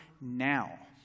now